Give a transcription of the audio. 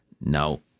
no